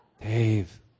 Dave